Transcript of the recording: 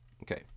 Okay